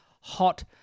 hot